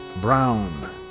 Brown